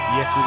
Yes